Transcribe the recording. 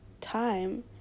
time